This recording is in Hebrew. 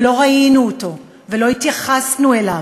ולא ראינו אותו, ולא התייחסנו אליו.